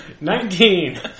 Nineteen